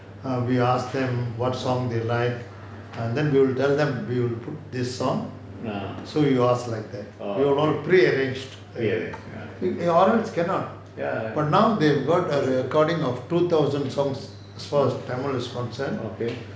ah orh okay pre-arranged ah ya okay